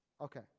Okay